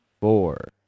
four